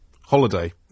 Holiday